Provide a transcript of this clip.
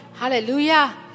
Hallelujah